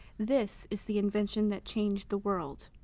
this is the invention that changed the world.